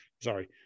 sorry